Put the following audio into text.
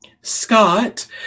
Scott